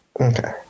Okay